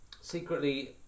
secretly